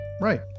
Right